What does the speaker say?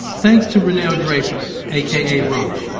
thanks to ronnel draper, aka rauch,